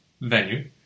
venue